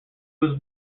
was